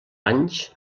anys